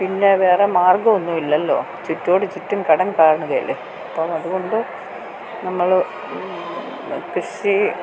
പിന്നെ വേറെ മാർഗ്ഗം ഒന്നും ഇല്ലല്ലോ ചുറ്റോട് ചുറ്റും കടം കാണുകയല്ലേ അപ്പം അത്കൊണ്ട് നമ്മൾ കൃഷി